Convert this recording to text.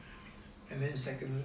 and then secondly